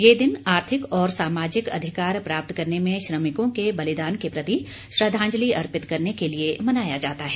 यह दिन आर्थिक और सामाजिक अधिकार प्राप्त करने में श्रमिकों के बलिदान के प्रति श्रद्धांजलि अर्पित करने के लिये मनाया जाता है